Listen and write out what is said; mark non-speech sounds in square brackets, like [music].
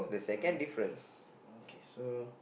alright [breath] okay so